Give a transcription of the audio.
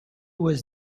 was